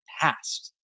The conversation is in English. past